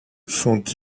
sont